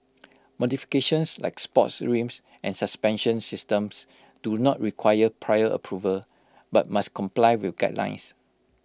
modifications like sports rims and suspension systems do not require prior approval but must comply with guidelines